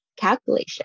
Calculation